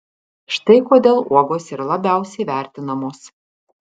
štai kodėl uogos yra labiausiai vertinamos